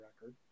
record